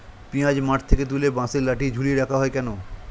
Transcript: পিঁয়াজ মাঠ থেকে তুলে বাঁশের লাঠি ঝুলিয়ে রাখা হয় কেন?